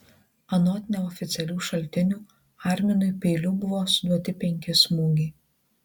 anot neoficialių šaltinių arminui peiliu buvo suduoti penki smūgiai